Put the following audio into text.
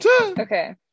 Okay